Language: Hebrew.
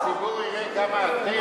הציבור יראה כמה אתם,